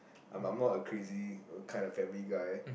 I'm I'm not a crazy kind of family guy